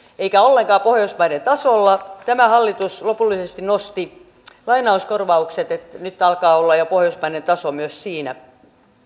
eivätkä ollenkaan pohjoismaiden tasolla tämä hallitus lopullisesti nosti lainauskorvaukset niin että nyt alkaa olla jo pohjoismainen taso myös siinä